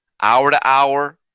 hour-to-hour